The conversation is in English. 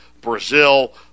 Brazil